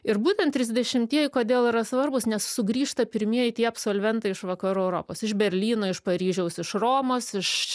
ir būtent trisdešimtieji kodėl yra svarbūs nes sugrįžta pirmieji tie absolventai iš vakarų europos iš berlyno iš paryžiaus iš romos iš